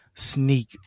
Sneak